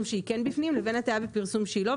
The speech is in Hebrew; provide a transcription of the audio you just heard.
שהיא כן בפנים לבין הטעיה בפרסום שהיא לא,